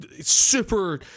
super